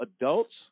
adults